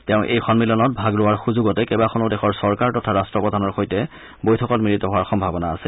তেওঁ এই সম্মিলনত ভাগ লোৱাৰ সুযোগতে কেইবাখনো দেশৰ চৰকাৰ তথা ৰাট্টপ্ৰধানৰ সৈতে বৈঠকত মিলিত হোৱাৰ সম্ভাৱনা আছে